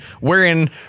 wherein